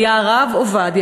היה הרב עובדיה,